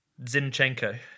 Zinchenko